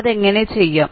അത് എങ്ങനെ ചെയ്യും